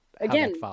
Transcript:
Again